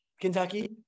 Kentucky